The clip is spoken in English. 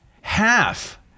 half